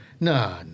No